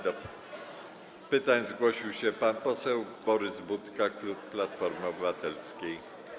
Do pytań zgłosił się pan poseł Borys Budka, klub Platformy Obywatelskiej.